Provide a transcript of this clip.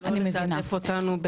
ולא לתעדף אותנו.